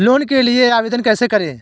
Loan के लिए आवेदन कैसे करें?